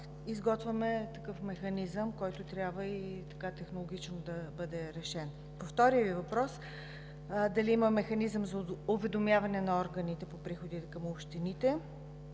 изготвяме такъв механизъм, който трябва и технологично да бъде решен. По втория Ви въпрос – дали има механизъм за уведомяване на органите по приходи към общините,